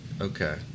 Okay